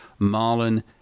Marlon